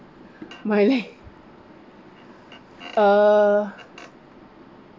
my leg uh